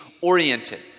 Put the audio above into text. oriented